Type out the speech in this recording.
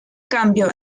cambio